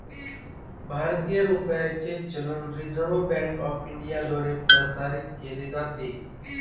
भारतीय रुपयाचे चलन रिझर्व्ह बँक ऑफ इंडियाद्वारे प्रसारित केले जाते